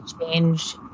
change